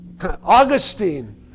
Augustine